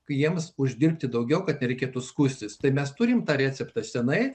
kai jiems uždirbti daugiau kad ir kitų skųstis tai mes turime tą receptą senai